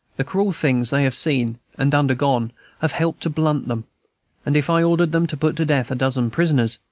the cruel things they have seen and undergone have helped to blunt them and if i ordered them to put to death a dozen prisoners,